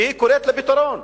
והיא קוראת לפתרון,